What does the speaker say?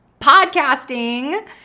podcasting